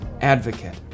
advocate